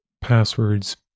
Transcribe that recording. passwords